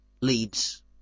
leads